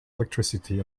electricity